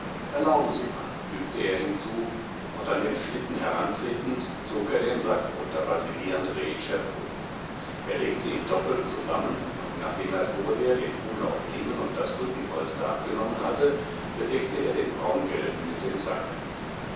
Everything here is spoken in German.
erlauben sie mal fügte er hinzu und an den schlitten herantretend zog er den sack unter wasili andrejitsch hervor er legte ihn doppelt zusammen und nachdem er vorher den umlaufriemen und das rückenpolster abgenommen hatte bedeckte er den braungelben mit dem sacke